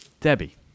Debbie